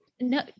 no